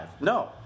No